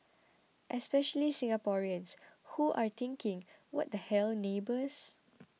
especially Singaporeans who are thinking what the hell neighbours